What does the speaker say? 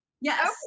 Yes